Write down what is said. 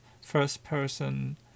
first-person